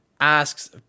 asks